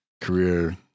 career